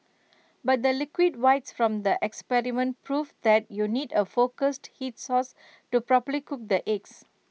but the liquid whites from the experiment proved that you need A focused heat source to properly cook the eggs